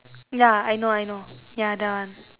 ya I know I know ya that one